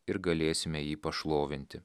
ir galėsime jį pašlovinti